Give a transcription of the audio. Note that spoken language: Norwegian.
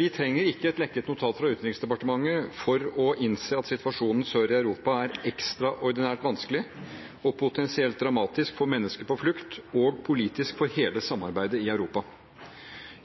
Vi trenger ikke et lekket notat fra Utenriksdepartementet for å innse at situasjonen sør i Europa er ekstraordinært vanskelig og potensielt dramatisk for mennesker på flukt og politisk for hele samarbeidet i Europa.